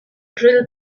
drill